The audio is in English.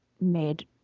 made